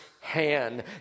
hand